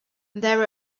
there